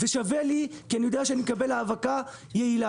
ושווה לי כי אני יודע שאני מקבל האבקה יעילה.